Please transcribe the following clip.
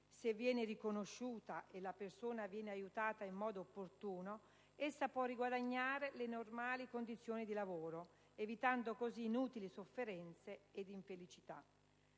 se viene riconosciuta e la persona viene aiutata in modo opportuno essa può riguadagnare le normali condizioni di lavoro, evitando così inutili sofferenze e infelicità.